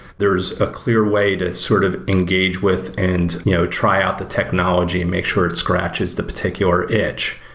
there's a clear way to sort of engage with and you know try out the technology and make sure it scratches the particular itch.